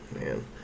man